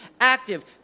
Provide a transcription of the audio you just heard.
active